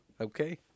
Okay